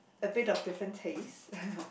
a bit of different taste